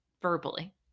verbally